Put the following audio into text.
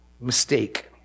mistake